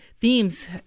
Themes